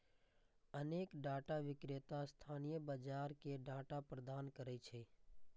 अनेक डाटा विक्रेता स्थानीय बाजार कें डाटा प्रदान करै छै